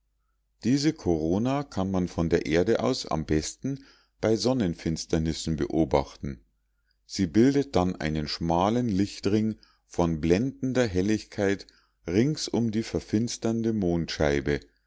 diese korona kann man von der erde aus am besten bei sonnenfinsternissen beobachten sie bildet dann einen schmalen lichtring von blendender helligkeit rings um die verfinsternde mondscheibe